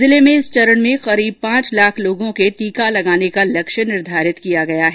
जिले में इस चरण में लगभग पांच लाँख लोगों के टीका लगाने का लक्ष्य निर्धारित किया गया है